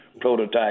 prototype